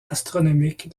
astronomique